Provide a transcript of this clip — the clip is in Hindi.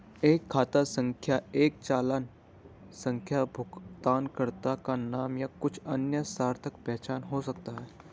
एक खाता संख्या एक चालान संख्या भुगतानकर्ता का नाम या कुछ अन्य सार्थक पहचान हो सकता है